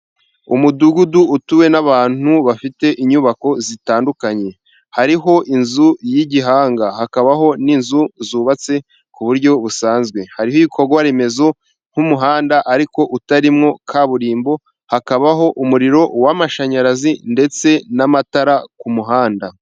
Umudugudu utuwe n'abantu bafite inyubako zitandukanye, hariho inzu y'igihanga hakabaho n'inzu zubatse ku buryo busanzwe, hariho ibikorwaremezo nk'umuhanda ariko utarimo kaburimbo, hakabaho umuriro w'amashanyarazi ndetse n'amatara ku muhanda.